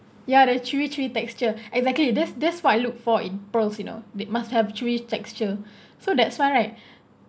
ya the chewy chewy texture exactly that's that's what I look for in pearls you know they must have chewy texture so that's why right